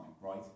right